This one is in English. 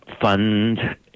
fund